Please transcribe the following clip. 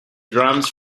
drums